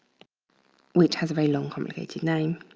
which has a very long complicated name.